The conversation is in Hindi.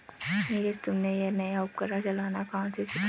नीरज तुमने यह नया उपकरण चलाना कहां से सीखा?